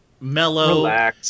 mellow